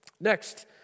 Next